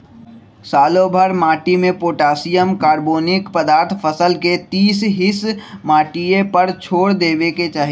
सालोभर माटिमें potassium, carbonic पदार्थ फसल के तीस हिस माटिए पर छोर देबेके चाही